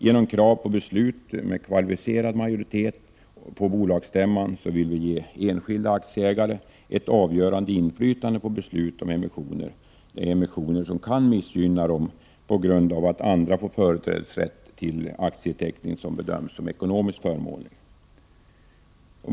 Genom kravet om beslut med kvalificerad majoritet på bolagsstämman vill vi ge enskilda aktieägare ett avgörande inflytande på beslut om emissioner som kan missgynna dem på grund av att andra får företrädesrätt till aktieteckning som bedöms vara ekonomiskt förmånlig.